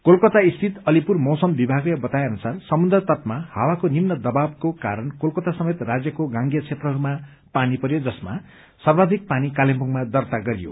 कलकता स्थित अलिपुर मौसम विभागले बताए अनुसार समुन्द्र तलमा हावाको निम्न दवाबको कारण कलकता समेत राज्यको गांगेय क्षेत्ररूमा पानी परयो जसमा सर्वाधिक पानी कालेबुङमा दर्ता गरियो